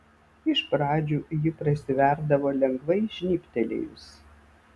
iš pradžių ji prasiverdavo lengvai žnybtelėjus